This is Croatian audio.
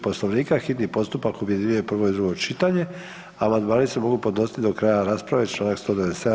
Poslovnika hitni postupak objedinjuje prvo i drugo čitanje, a amandmani se mogu podnositi do kraja rasprave, članak 197.